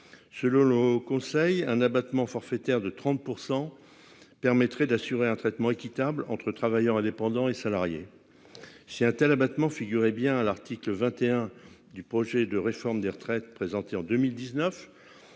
Selon le Haut Conseil, un abattement forfaitaire de 30 % permettrait d'assurer un traitement équitable entre travailleurs indépendants et salariés. Si un tel abattement figurait bien à l'article 21 du projet de réforme des retraites présenté en 2019,